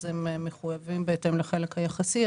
אז הם מחויבים בהתאם לחלק היחסי,